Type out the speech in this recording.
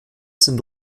sind